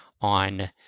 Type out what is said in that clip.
on